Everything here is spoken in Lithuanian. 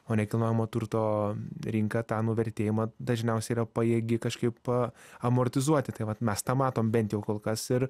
o nekilnojamo turto rinka tą nuvertėjimą dažniausiai yra pajėgi kažkaip amortizuoti tai vat mes tą matom bent jau kol kas ir